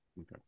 Okay